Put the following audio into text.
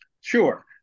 Sure